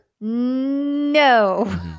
No